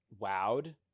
wowed